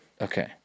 Okay